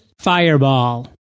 FIREBALL